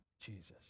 Jesus